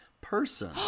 person